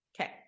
Okay